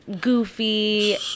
goofy